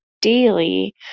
Daily